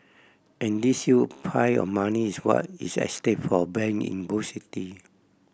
and this huge pile of money is what is at stake for bank in both city